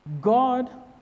God